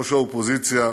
ראש האופוזיציה